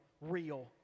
real